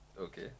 okay